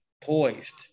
poised